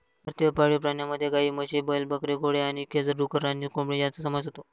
भारतीय पाळीव प्राण्यांमध्ये गायी, म्हशी, बैल, बकरी, घोडे आणि खेचर, डुक्कर आणि कोंबडी यांचा समावेश होतो